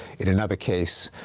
in another case,